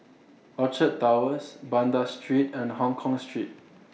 Orchard Towers Banda Street and Hongkong Street